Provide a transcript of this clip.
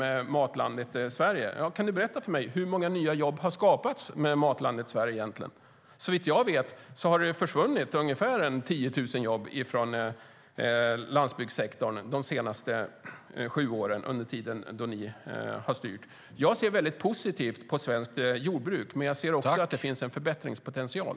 Kan Staffan Danielsson berätta för mig hur många nya jobb som har skapats med Matlandet Sverige? Såvitt jag vet har ungefär 10 000 jobb försvunnit från landsbygdssektorn de senaste sju åren, under den tid då Alliansen styrt landet. Jag ser positivt på svenskt jordbruk, men jag ser också att det finns en förbättringspotential.